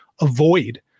avoid